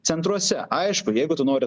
centruose aišku jeigu tu nori